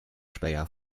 speyer